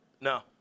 No